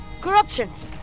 Corruptions